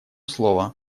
слово